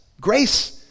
Grace